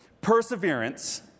perseverance